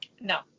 No